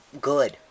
Good